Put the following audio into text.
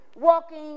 walking